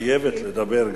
את חייבת לדבר,